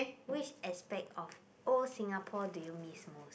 which aspect of old Singapore do you miss most